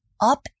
up